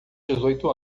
dezoito